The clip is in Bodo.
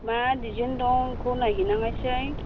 मा डिजाइन दं बेखौ नायहैनांनायसै